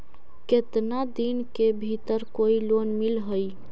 केतना दिन के भीतर कोइ लोन मिल हइ?